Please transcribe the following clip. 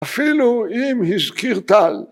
‫אפילו אם הזכיר טל.